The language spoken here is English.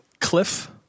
Cliff